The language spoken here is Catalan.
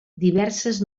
diverses